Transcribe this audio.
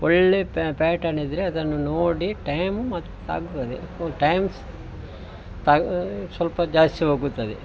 ಒಳ್ಳೆಯ ಪ್ಯಾಟನ್ ಇದ್ದರೆ ಅದನ್ನು ನೋಡಿ ಟೈಮು ಮತ್ತು ತಾಗ್ತದೆ ಒ ಟೈಮ್ಸ್ ತಾ ಸ್ವಲ್ಪ ಜಾಸ್ತಿ ಹೋಗುತ್ತದೆ